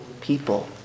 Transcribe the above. people